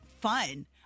fun